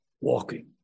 Walking